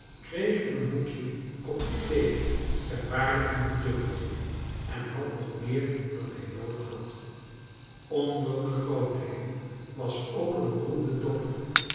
kreeg in een hoekje een kopje thee ter waarde van een dubbeltje en had nog meer dan hij noodig had onder de grootheden was ook een beroemde dokter